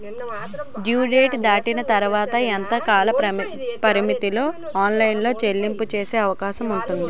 Due date దాటిన తర్వాత ఎంత కాలపరిమితిలో ఆన్ లైన్ లో చెల్లించే అవకాశం వుంది?